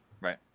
Right